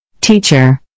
Teacher